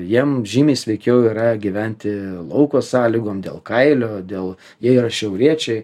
jiem žymiai sveikiau yra gyventi lauko sąlygom dėl kailio dėl jie yra šiauriečiai